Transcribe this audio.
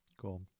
Cool